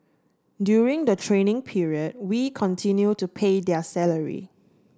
during the training period we continue to pay their salary